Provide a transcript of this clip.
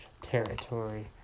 territory